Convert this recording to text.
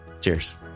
cheers